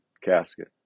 casket